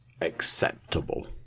acceptable